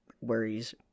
worries